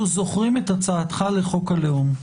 אנחנו זוכרים את הצעתך לחוק הלאום.